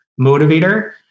motivator